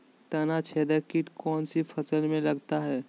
तनाछेदक किट कौन सी फसल में लगता है?